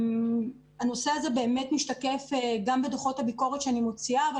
הנושא הזה באמת משתקף גם בדוחות הביקורת שאני מוציאה אבל